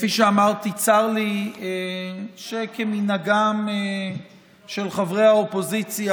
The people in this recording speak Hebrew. כפי שאמרתי, צר לי שכמנהגם של חברי האופוזיציה,